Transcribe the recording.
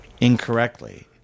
Incorrectly